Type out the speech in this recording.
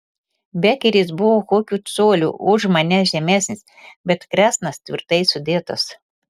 bekeris buvo kokiu coliu už mane žemesnis bet kresnas tvirtai sudėtas